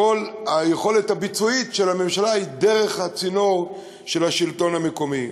כשכל היכולת הביצועית של הממשלה היא דרך הצינור של השלטון המקומי.